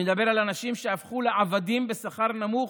אני מדבר על האנשים שהפכו לעבדים בשכר נמוך,